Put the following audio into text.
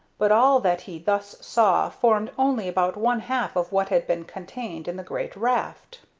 but all that he thus saw formed only about one-half of what had been contained in the great raft.